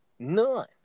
None